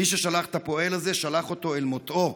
מי ששלח את הפועל הזה שלח אותו אל מותו ביודעין,